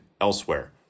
elsewhere